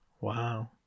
Wow